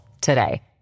today